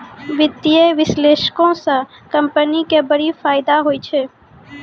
वित्तीय विश्लेषको से कंपनी के बड़ी फायदा होय छै